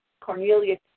Cornelia